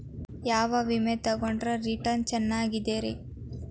ಯಾವ ವಿಮೆ ತೊಗೊಂಡ್ರ ರಿಟರ್ನ್ ಚೆನ್ನಾಗಿದೆರಿ?